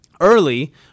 early